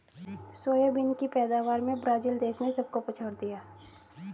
soybean की पैदावार में ब्राजील देश ने सबको पछाड़ दिया